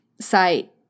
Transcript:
site –